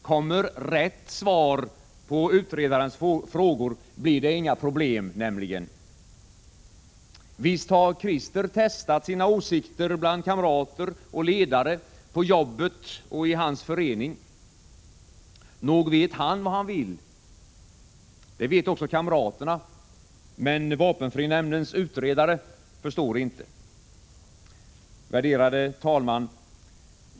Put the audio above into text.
Kommer ”rätt” svar på utredarens frågor, blir det inga problem, nämligen! Visst har Krister testat sina åsikter bland kamrater och ledare på jobbet och i hans förening. Nog vet han vad han vill. Det vet också kamraterna — men vapenfrinämndens utredare förstår inte ... Herr talman!